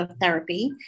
therapy